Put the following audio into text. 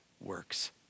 works